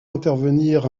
intervenir